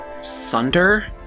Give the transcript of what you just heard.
sunder